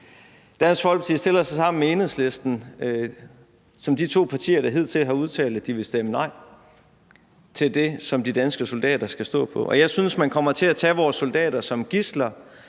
Dansk Folkeparti stiller sig sammen med Enhedslisten. Det er de to partier, der hidtil har udtalt, at de vil stemme nej til det, som de danske soldater skal stå på. Jeg synes, man kommer til at tage vores soldater som gidsler